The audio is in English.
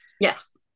Yes